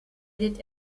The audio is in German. erlitt